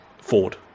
Ford